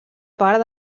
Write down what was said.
part